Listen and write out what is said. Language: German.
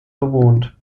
bewohnt